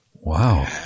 Wow